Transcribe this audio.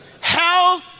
Hell